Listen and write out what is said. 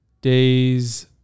days